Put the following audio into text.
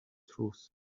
truth